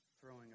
throwing